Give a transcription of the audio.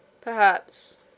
Perhaps